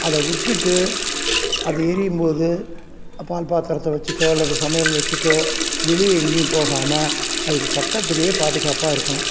அதை விட்டுவிட்டு அது எரியும் போது பால் பாத்திரத்தை வச்சுட்டோ அல்லது சமையல் வச்சுட்டோ வெளியே எங்கேயும் போகாமல் அதுக்குப் பக்கத்துலேயே பாதுகாப்பாக இருக்கணும்